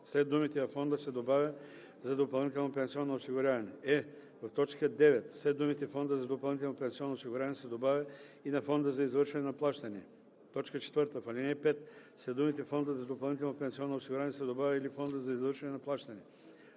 след думите „във фонда“ се добавя „за допълнително пенсионно осигуряване“; е) в т. 9 след думите „фонда за допълнително пенсионно осигуряване“ се добавя „и на фонда за извършване на плащания“. 4. В ал. 5 след думите „фондът за допълнително пенсионно осигуряване“ се добавя „или фондът за извършване на плащания“.